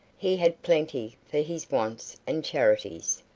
he had plenty for his wants and charities.